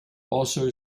also